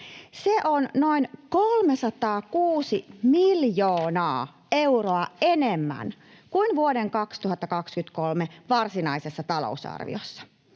Se on noin 306 miljoonaa euroa enemmän kuin vuoden 2023 varsinaisessa talousarviossa.